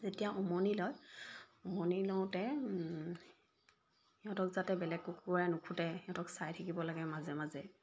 যেতিয়া উমনি লয় উমনি লওঁতে সিহঁতক যাতে বেলেগ কুকুৰাই নুখুটে সিহঁতক চাই থাকিব লাগে মাজে মাজে